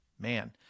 man